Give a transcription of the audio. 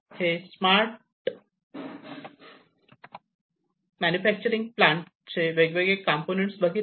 हे smart manufacturing प्लांटचे वेगवेगळे कॉम्पोनन्ट्स बघितले